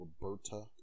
Roberta